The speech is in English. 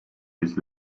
his